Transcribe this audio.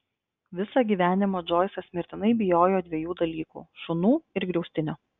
visą gyvenimą džoisas mirtinai bijojo dviejų dalykų šunų ir griaustinio